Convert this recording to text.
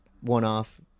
one-off